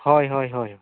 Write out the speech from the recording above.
ᱦᱳᱭ ᱦᱳᱭ ᱦᱳᱭ